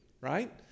right